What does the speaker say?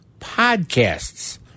Podcasts